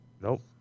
Nope